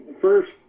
first